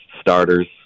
starters